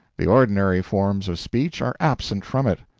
the ordinary forms of speech are absent from it.